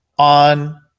On